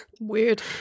weird